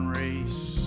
race